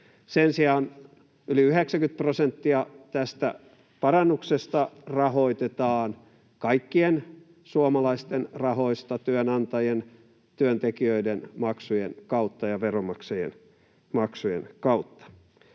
sen sijaan yli 90 prosenttia tästä parannuksesta rahoitetaan kaikkien suomalaisten rahoista työnantajien ja työntekijöiden maksujen kautta ja veronmaksajien maksujen kautta.